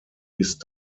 ist